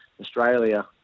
australia